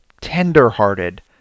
tender-hearted